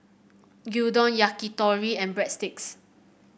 Gyudon Yakitori and Breadsticks